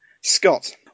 Scott